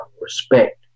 respect